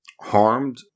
harmed